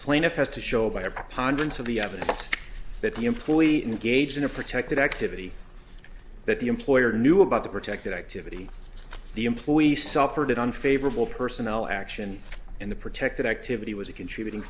plaintiff has to show by a preponderance of the evidence that the employee engaged in a protected activity that the employer knew about the protected activity the employee suffered an unfavorable personnel action and the protected activity was a contributing